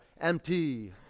empty